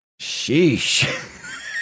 sheesh